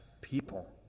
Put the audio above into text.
people